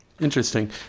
Interesting